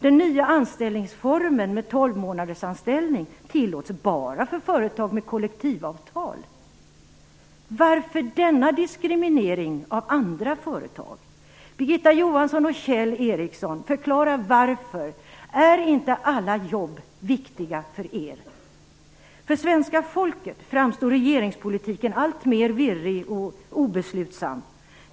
Den nya anställningsformen med tolvmånadersanställning tillåts bara för företag med kollektivavtal. Varför denna diskriminering av andra företag? Birgitta Johansson och Kjell Ericsson! Förklara varför! Är inte alla jobb viktiga för er? För svenska folket framstår regeringspolitiken som alltmer virrig och obeslutsam.